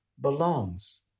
belongs